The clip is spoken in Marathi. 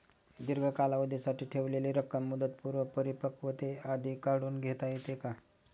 दीर्घ कालावधीसाठी ठेवलेली रक्कम मुदतपूर्व परिपक्वतेआधी काढून घेता येते का?